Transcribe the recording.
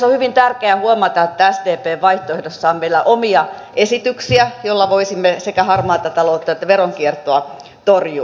on hyvin tärkeää huomata että sdpn vaihtoehdossa meillä on omia esityksiä joilla voisimme sekä harmaata taloutta että veronkiertoa torjua